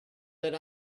that